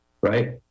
right